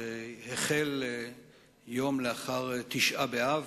שהחל יום לאחר תשעה באב.